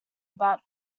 about